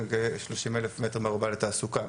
וכ-30 אלף מ"ר לתעסוקה,